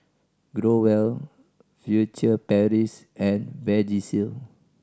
Growell Furtere Paris and Vagisil